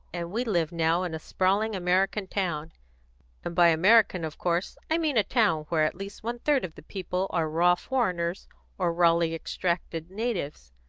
and we live now in a sprawling american town and by american of course i mean a town where at least one-third of the people are raw foreigners or rawly extracted natives.